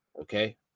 Okay